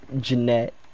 Jeanette